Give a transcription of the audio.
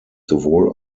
sowohl